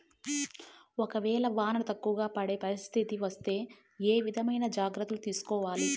ఒక వేళ వాన తక్కువ పడే పరిస్థితి వస్తే ఏ విధమైన జాగ్రత్తలు తీసుకోవాలి?